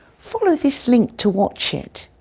follow this link to watch it.